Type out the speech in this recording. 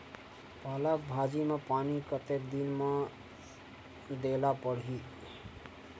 पालक भाजी म पानी कतेक दिन म देला पढ़ही?